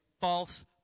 false